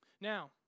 Now